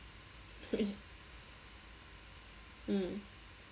mm